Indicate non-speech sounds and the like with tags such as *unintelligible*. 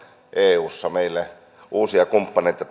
eussa yleensä meille uusia kumppaneita *unintelligible*